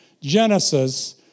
Genesis